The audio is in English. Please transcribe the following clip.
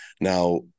now